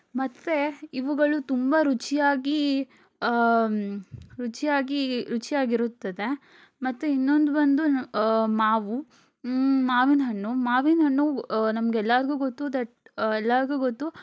ಮತ್ತೆ ಇವುಗಳು ತುಂಬ ರುಚಿಯಾಗಿ ರುಚಿಯಾಗಿ ರುಚಿಯಾಗಿ ಇರುತ್ತದೆ ಮತ್ತೆ ಇನ್ನೊಂದು ಬಂದು ಮಾವು ಮಾವಿನ ಹಣ್ಣು ಮಾವಿನ ಹಣ್ಣು ನಮ್ಗೆ ಎಲ್ಲರಿಗೂ ಗೊತ್ತು ದಟ್ ಎಲ್ಲರಿಗೂ ಗೊತ್ತು